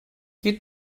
qui